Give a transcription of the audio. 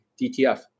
DTF